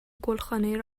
گلخانهای